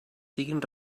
siguin